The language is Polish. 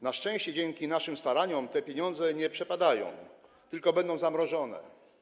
Na szczęście dzięki naszym staraniom te pieniądze nie przepadają, tylko będą zamrożone.